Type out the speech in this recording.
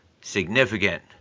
significant